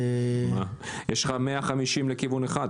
יש לך 150 לכיוון אחד.